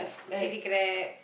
chilli crab